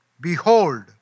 Behold